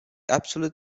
absolute